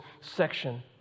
section